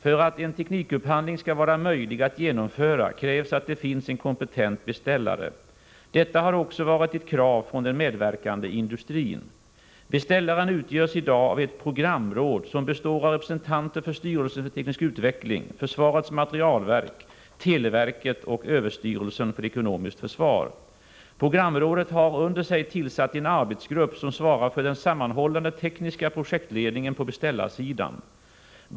För att en teknikupphandling skall vara möjlig att genomföra krävs att det finns en kompetent beställare. Detta har också varit ett krav från den medverkande industrin. Beställaren utgörs i dag av ett programråd som består av representanter för styrelsen för teknisk utveckling, försvarets materielverk, televerket och överstyrelsen för ekonomiskt försvar. Programrådet har under sig tillsatt en arbetsgrupp som svarar för den sammanhållande tekniska projektledningen på beställarsidan.